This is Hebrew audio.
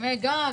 הסכמי גג,